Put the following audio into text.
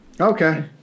Okay